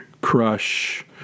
crush